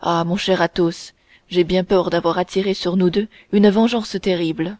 ah mon cher athos j'ai bien peur d'avoir attiré sur nous deux une vengeance terrible